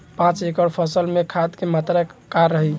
पाँच एकड़ फसल में खाद के मात्रा का रही?